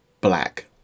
black